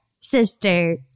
sister